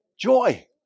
Joy